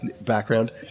background